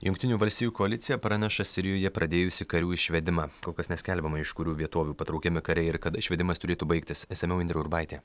jungtinių valstijų koalicija praneša sirijoje pradėjusi karių išvedimą kol kas neskelbiama iš kurių vietovių patraukiami kariai ir kada išvedimas turėtų baigtis išsamiau indrė urbaitė